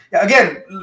Again